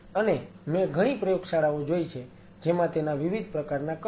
અને મેં ઘણી પ્રયોગશાળાઓ જોઈ છે જેમાં તેના વિવિધ પ્રકારના કદ હોય છે